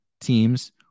teams